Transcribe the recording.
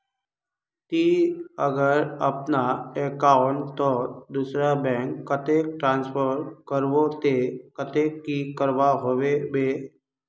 ती अगर अपना अकाउंट तोत दूसरा बैंक कतेक ट्रांसफर करबो ते कतेक की करवा होबे बे?